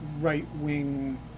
right-wing